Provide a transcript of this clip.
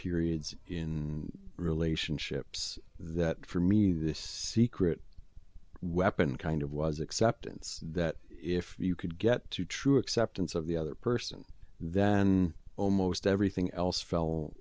periods in relationships that for me this secret weapon kind of was acceptance that if you could get to true acceptance of the other person then almost everything else fell